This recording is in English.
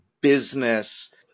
business